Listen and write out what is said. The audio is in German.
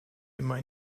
immer